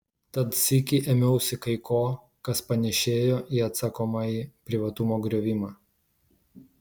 tad sykį ėmiausi kai ko kas panėšėjo į atsakomąjį privatumo griovimą